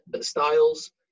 styles